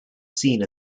seen